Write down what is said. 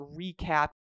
recap